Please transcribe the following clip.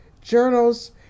journals